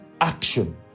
action